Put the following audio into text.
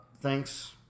thanks